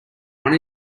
one